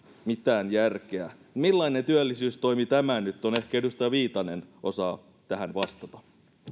mitään järkeä millainen työllisyystoimi tämä nyt on ehkä edustaja viitanen osaa tähän vastata